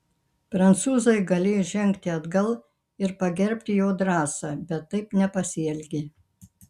prancūzai galėjo žengti atgal ir pagerbti jo drąsą bet taip nepasielgė